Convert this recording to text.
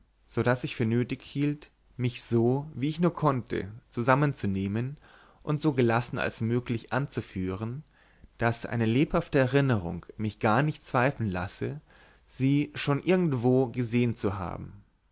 daß ich für nötig hielt mich so wie ich nur konnte zusammen zu nehmen und so gelassen als möglich anzuführen daß eine lebhafte erinnerung mich gar nicht zweifeln lasse sie schon irgendwo gesehen zu haben